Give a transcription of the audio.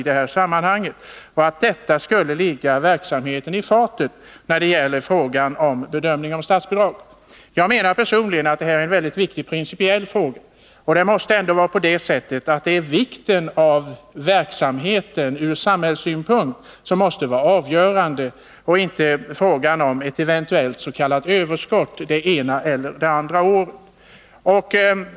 Detta skall således ligga stiftelsen i fatet vid fördelningen av statsbidrag. Jag menar att detta är en mycket viktig principiell fråga. Det måste ändå vara vikten av verksamheten från samhällssynpunkt som skall vara avgörande och inte ett eventuellt s.k. överskott det ena eller andra året.